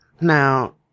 Now